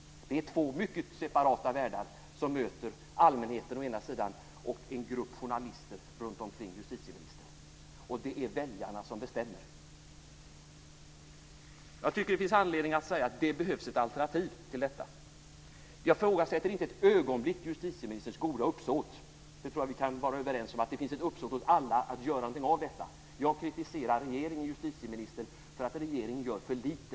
Det är två helt separata världar som möter allmänheten å ena sidan och en grupp journalister kring justitieministern å den andra. Och det är väljarna som bestämmer. Jag tycker att det finns anledning att säga att det behövs ett alternativ till detta. Jag ifrågasätter inte ett ögonblick justitieministerns goda uppsåt. Jag tror att vi kan vara överens om att det finns ett uppsåt hos oss alla att göra någonting av detta. Jag kritiserar regeringen och justitieministern för att regeringen gör för lite.